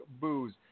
Booze